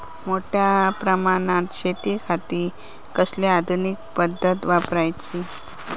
मोठ्या प्रमानात शेतिखाती कसली आधूनिक पद्धत वापराची?